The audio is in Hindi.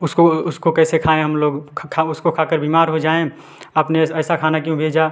उसको उसको कैसे खाएँ हम लोग खा उसको खाकर बीमार हो जाएँ आपने ऐसा खाना क्यों भेजा